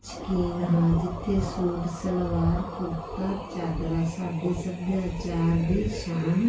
ਸ਼ਕੀਨ ਹਾਂ ਜਿੱਥੇ ਸੂਟ ਸਲਵਾਰ ਕੁੜਤਾ ਚਾਦਰਾ ਸਾਡੇ ਸੱਭਿਆਚਾਰ ਦੀ ਸ਼ਾਨ